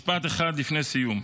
משפט אחד לפני סיום.